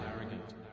arrogant